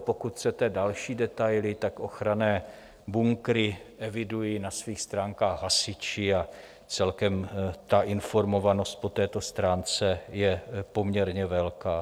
Pokud chcete další detaily, ochranné bunkry evidují na svých stránkách hasiči a celkem ta informovanost po této stránce je poměrně velká.